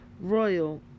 Royal